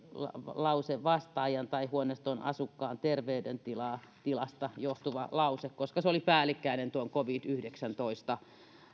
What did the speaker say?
lause vastaajan tai huoneiston asukkaan terveydentilasta johtuva koska se oli päällekkäinen tuon covid yhdeksäntoista